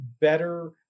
better